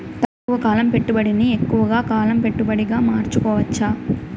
తక్కువ కాలం పెట్టుబడిని ఎక్కువగా కాలం పెట్టుబడిగా మార్చుకోవచ్చా?